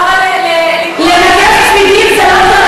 לזרוק אבן זה טרור